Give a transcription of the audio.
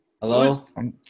Hello